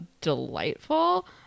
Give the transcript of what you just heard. delightful